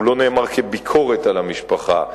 הוא לא נאמר כביקורת על המשפחה,